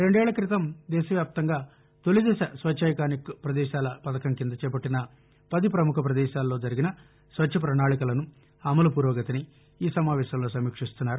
రెందేళ్ళ క్రితం దేశ వ్యాప్తంగా తొలిదశ స్వచ్ఛ ఐకానిక్ పదేశాల పథకం కింద చేపట్టిన పది పముఖ పదేశాలలో జరిగిన స్వఛ్ఛ ప్రపణాళికలను అమలు ఫురోగతిని ఈ సమావేశంలో సమీక్షిస్తున్నారు